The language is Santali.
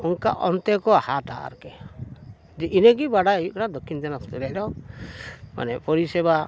ᱚᱱᱠᱟ ᱚᱱᱛᱮ ᱠᱚ ᱦᱟᱛᱟᱣᱟ ᱟᱨᱠᱤ ᱡᱮ ᱤᱱᱟᱹᱜᱮ ᱵᱟᱰᱟᱭ ᱦᱩᱭᱩᱜ ᱠᱟᱱᱟ ᱫᱚᱠᱠᱷᱤᱱ ᱫᱤᱱᱟᱡᱽᱯᱩᱨ ᱨᱮᱭᱟᱜ ᱫᱚ ᱢᱟᱱᱮ ᱯᱚᱨᱤᱥᱮᱵᱟ